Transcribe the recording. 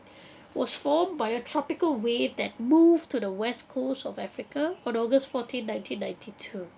was formed by a tropical wave that moved to the west coast of africa on august fourteen nineteen ninety two